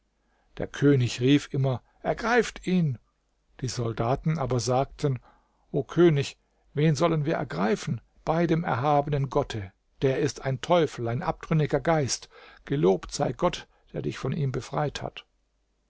der könig rief immer ergreift ihn die soldaten aber sagten o könig wen sollen wir ergreifen bei dem erhabenen gotte der ist ein teufel ein abtrünniger geist gelobt sei gott der dich von ihm befreit hat